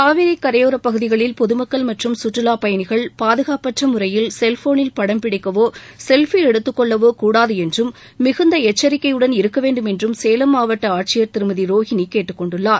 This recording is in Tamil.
காவிரி கரையோரப் பகுதிகளில் பொதுமக்கள் மற்றும் சுற்றுவாப் பயணிகள் பாதுகாப்பு அற்ற முறையில் செல்போனில் படம் பிடிக்கவோ செல்பி எடுத்துக் கொள்ளவோ கூடாது என்றும் மிகுந்த எச்சரிக்கையுடன் இருக்க வேண்டும் என்றும் சேலம் மாவட்ட ஆட்சியர் திருமதி ரோஹினி கேட்டுக் கொண்டுள்ளார்